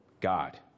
God